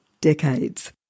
decades